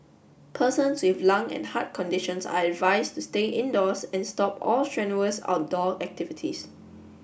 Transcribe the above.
persons with lung and heart conditions are advised to stay indoors and stop all strenuous outdoor activities